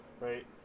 Right